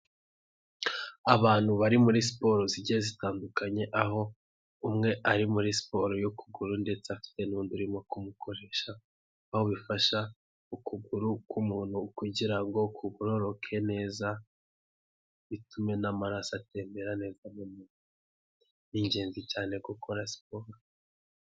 Abantu bari muri siporo zigiye zitandukanye, aho umwe ari muri siporo y'ukuguru ndetse afite n'undi urimo kumukoresha, aho bifasha ukuguru k'umuntu kugira ngo kugororoke neza, bitume n'amaraso atembera neza mu mubiri, ni ingenzi cyane gukora siporo.